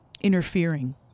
interfering